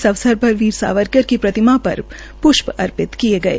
इस अवसरपर वीर सावकर की प्रतिमा पर प्ष्प अर्पित किए गये